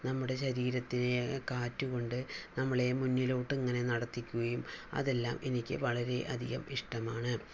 നമ്മുടെ ശരീരത്തിന് കാറ്റ് കൊണ്ട് നമ്മളെ മുന്നിലോട്ട് ഇങ്ങനെ നടത്തിക്കുകയും അതെല്ലാം എനിക്ക് വളരെയധികം ഇഷ്ടമാണ്